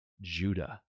Judah